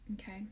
Okay